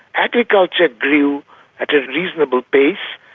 agriculture grew at a reasonable pace.